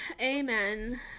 amen